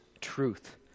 truth